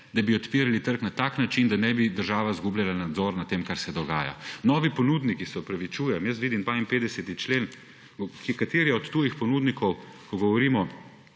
da bi odpirali trg na takšen način, da ne bi država izgubljala nadzora nad tem, kar se dogaja. Novi ponudniki. Se opravičujem, jaz vidim 52. člen – kateri od ponudnikov, ko govorimo